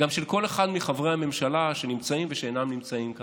של כל אחד מחברי הממשלה שנמצאים ושאינם נמצאים כאן.